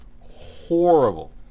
horrible